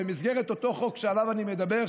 במסגרת אותו חוק שעליו אני מדבר,